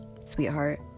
sweetheart